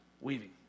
weaving